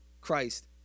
Christ